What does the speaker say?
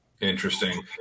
Interesting